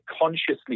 consciously